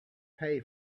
pay